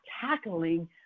tackling